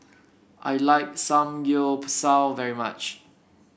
I like Samgyeopsal very much